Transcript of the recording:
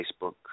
Facebook